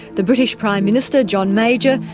the british prime minister, john major,